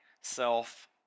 self